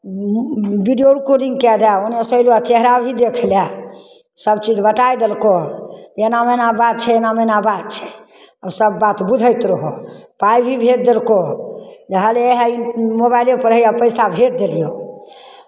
video calling कए दए ओन्नऽ सँ जे चेहरा भी देख लए सभचीज बताय देलकौ एनामे एना बात छै एनामे एना बात छै आ सभ बात बुझैत रहौ पाइ भी भेज देलकौ हए ले हए मोबाइलेपर हैया पैसा भेज देलियौ